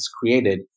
created